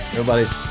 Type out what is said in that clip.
Nobody's